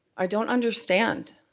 i don't understand.